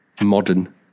modern